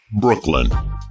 Brooklyn